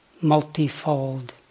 multifold